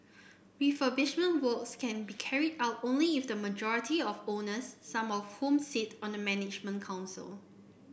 refurbishment works can be carried out only if the majority of owners some of whom sit on the management council